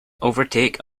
overtake